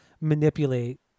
manipulate